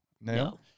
no